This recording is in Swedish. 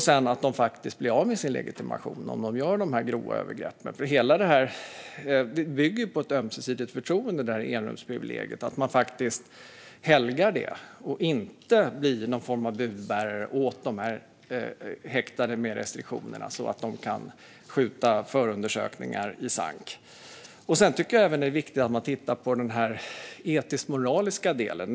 Sedan ska de bli av med sin legitimation om de begår grova övergrepp. Enrumsprivilegiet bygger på ett ömsesidigt förtroende, att man helgar det och inte blir någon form av budbärare åt häktade med restriktioner så att de kan skjuta förundersökningar i sank. Sedan tycker jag att det är viktigt att titta på den etisk-moraliska delen.